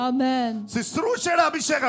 Amen